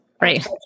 Right